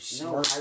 No